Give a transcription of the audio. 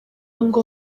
ngo